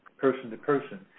person-to-person